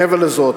מעבר לזאת,